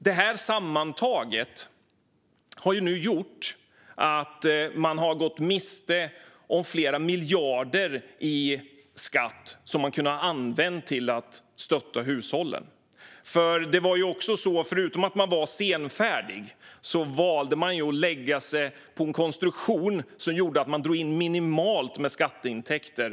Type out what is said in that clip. Detta har sammantaget gjort att man har gått miste om flera miljarder i skatt som man kunde ha använt till att stötta hushållen. Förutom att regeringen var senfärdig valde man att lägga sig på en konstruktion som gjorde att man drog in minimalt med skatteintäkter.